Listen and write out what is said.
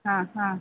ആ ആ